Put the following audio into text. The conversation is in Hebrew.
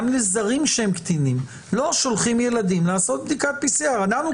לזרים שהם קטינים ולא שולחים ילדים לעשות בדיקת PCR. אנחנו